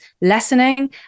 lessening